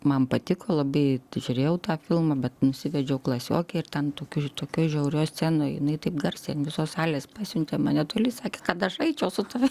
man patiko labai žiūrėjau tą filmą bet nusivedžiau klasiokę ir ten tokių tokioj žiaurioj scenoj jinai taip garsiai ant visos salės pasiuntė mane toli sakė kad aš eičiau su tavim